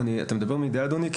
אתה מדבר מידיעה, אדוני?